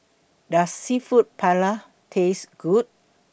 Does Seafood Paella Taste Good